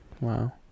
Wow